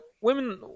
women